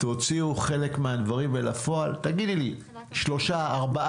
תוציאו חלק מהדברים לפועל ותגידי לי מתי לקבוע